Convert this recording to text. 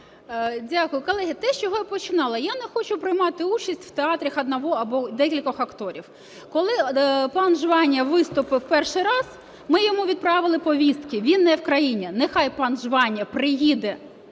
Дякую. Колеги, те, з чого я починала – я не хочу приймати участь в театрі одного або декількох акторів. Коли пан Жванія виступив перший раз, ми йому відправили повістки. Він не в країні. Нехай пан Жванія приїде